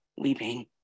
weeping